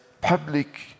public